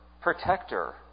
protector